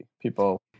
People